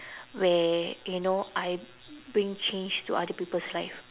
where you know I bring change to other people's life